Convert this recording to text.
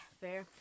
fair